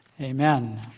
Amen